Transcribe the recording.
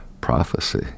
prophecy